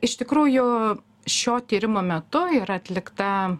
iš tikrųjų šio tyrimo metu yra atlikta